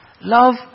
Love